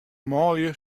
manlju